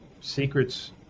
secrets